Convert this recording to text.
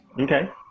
Okay